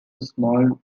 small